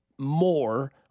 More